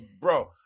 bro